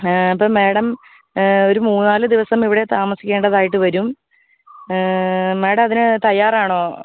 അപ്പോൾ മാഡം ഒരു മൂന്ന് നാല് ദിവസം ഇവിടെ താമസിക്കേണ്ടത് ആയിട്ട് വരും മാഡം അതിന് തയ്യാറാണോ